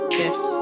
yes